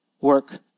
work